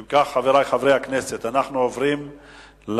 אם כך, חברי חברי הכנסת, אנחנו עוברים להצבעה.